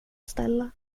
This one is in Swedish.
ställe